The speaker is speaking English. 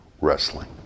wrestling